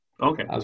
Okay